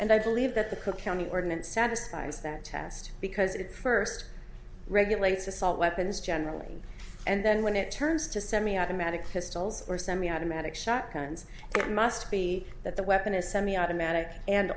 and i believe that the cook county ordinance satisfies that test because it first regulates assault weapons generally and then when it turns to semiautomatic pistols or semiautomatic shotguns it must be that the weapon is semiautomatic and